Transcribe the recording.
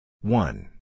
One